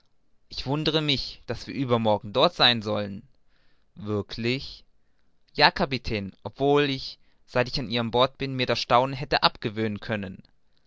ich wundere mich daß wir übermorgen dort sein sollen wirklich ja kapitän obwohl ich seit ich an ihrem bord bin mir das staunen hätte abgewöhnen können